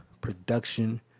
production